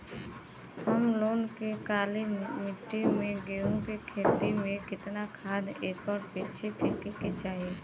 हम लोग के काली मिट्टी में गेहूँ के खेती में कितना खाद एकड़ पीछे फेके के चाही?